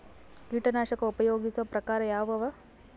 ಕೀಟನಾಶಕ ಉಪಯೋಗಿಸೊ ಪ್ರಕಾರ ಯಾವ ಅವ?